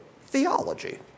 theology